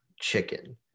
chicken